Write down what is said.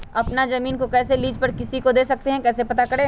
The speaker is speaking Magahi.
अपना जमीन को कैसे लीज पर किसी को दे सकते है कैसे पता करें?